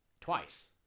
twice